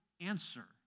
answer